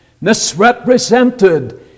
misrepresented